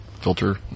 filter